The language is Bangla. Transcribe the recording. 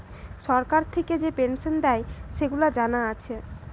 সরকার থিকে যে পেনসন দেয়, সেগুলা জানা আছে